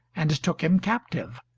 and took him captive,